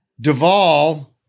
Duvall